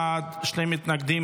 12 בעד, שני מתנגדים.